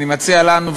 אני מציע לנו,